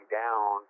down